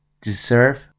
deserve